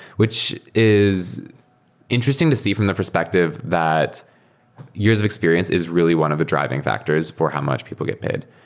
which is interesting to see from the perspective that years of experience is really one of the driving factors for how much people get paid.